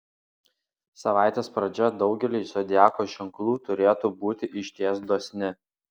savaitės pradžia daugeliui zodiako ženklų turėtų būti išties dosni